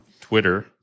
twitter